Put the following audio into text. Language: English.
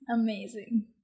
amazing